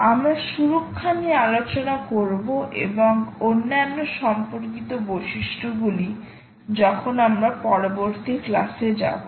আমরা সুরক্ষা নিয়ে আলোচনা করব এবং অন্যান্য সম্পর্কিত বৈশিষ্ট্যগুলি যখন আমরা পরবর্তী ক্লাসে যাবো